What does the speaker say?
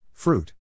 Fruit